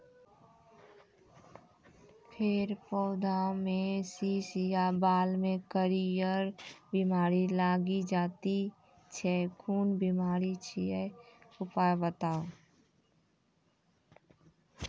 फेर पौधामें शीश या बाल मे करियर बिमारी लागि जाति छै कून बिमारी छियै, उपाय बताऊ?